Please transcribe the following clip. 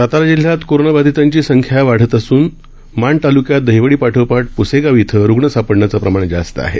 सातारा जिल्ह्यात कोरोनाबाधितांची संख्या वाढत असून माण तालुक्यात दहिवडी पाठोपाठ प्सेगाव इथं रुग्ण सापडण्याचं प्रमाण जास्त आहे